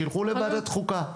שילכו לוועדת חוקה,